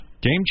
Game